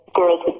girls